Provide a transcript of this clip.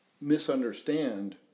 misunderstand